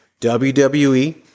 WWE